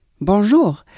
Bonjour